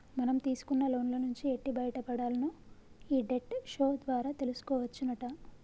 మనం తీసుకున్న లోన్ల నుంచి ఎట్టి బయటపడాల్నో ఈ డెట్ షో ద్వారా తెలుసుకోవచ్చునట